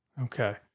okay